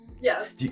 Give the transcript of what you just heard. yes